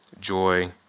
joy